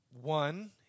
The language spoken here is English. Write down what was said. One